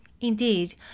Indeed